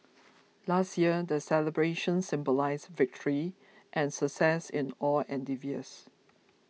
last year the celebrations symbolised victory and success in all endeavours